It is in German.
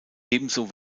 ebenso